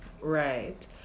Right